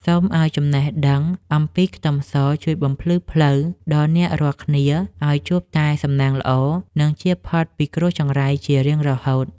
សូមឱ្យចំណេះដឹងអំពីខ្ទឹមសជួយបំភ្លឺផ្លូវដល់អ្នករាល់គ្នាឱ្យជួបតែសំណាងល្អនិងចៀសផុតពីគ្រោះចង្រៃជារៀងរហូត។